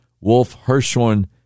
Wolf-Hirschhorn